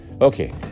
Okay